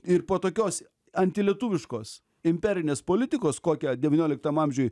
ir po tokios antilietuviškos imperinės politikos kokią devynioliktam amžiuj